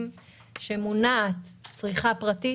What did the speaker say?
שהיא מונעת מצריכה פרטית.